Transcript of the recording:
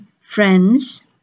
friends